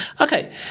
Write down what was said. Okay